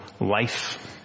life